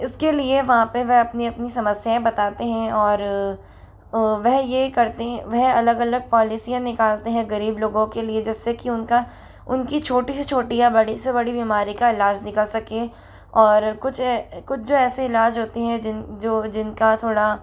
इसके लिए वहाँ पर वह अपनी अपनी समस्याएँ बताते हैं और वह यह करते हैं वह अलग अलग पॉलिसियाँ निकालते हैं गरीब लोगों के लिए जिससे कि उनका उनकी छोटी से छोटी या बड़ी से बड़ी बीमारी का इलाज़ निकल सके और कुछ ऐ कुछ जो ऐसे इलाज़ होती हैं जिन जो जिनका थोड़ा